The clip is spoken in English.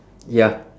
ya